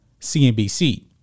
CNBC